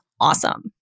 awesome